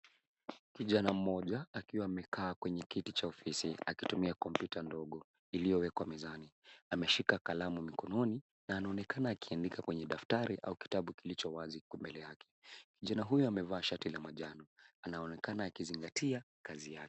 Kijana moja akiwa amekaa kwenye kiti cha ofisini akitumia kompyuta ndogo iliyowekwa mezani. Ameshika kalamu mkononi na anaonekana akiandika kwenye daftari au kitabu kilicho wazi mbele yake. Kijana huyu amevaa shati la manjano anaonekana akizingatia kazi yake.